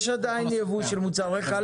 יש עדיין ייבוא של מוצרי חלב.